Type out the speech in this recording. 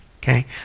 okay